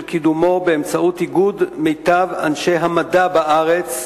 קידומו באמצעות איגוד מיטב אנשי המדע בארץ,